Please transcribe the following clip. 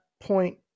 point